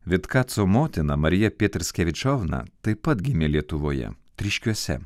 vitkaco motina marija pieterskevičovna taip pat gimė lietuvoje tryškiuose